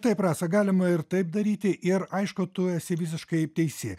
taip rasa galima ir taip daryti ir aišku tu esi visiškai teisi